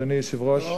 אדוני היושב-ראש,